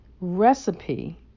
recipe